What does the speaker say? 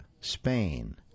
Spain